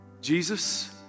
Jesus